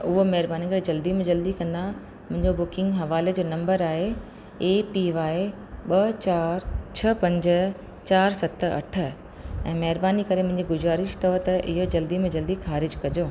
उहो महिरबानी करे जल्दी में जल्दी कंदा मुंहिंजो बुकिंग हवाले जो नंबर आहे ए पी वाए ॿ चारि छह पंज चारि सत अठ ऐं महिरबानी करे मुंहिंजी गुज़ारिश अथव त इहो जल्दी में जल्दी ख़ारिजु कजो